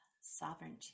sovereignty